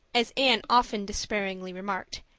as anne often despairingly remarked,